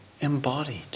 embodied